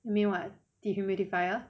you mean what the humidifier